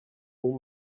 whole